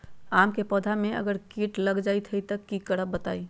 आम क पौधा म कीट लग जई त की करब बताई?